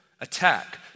attack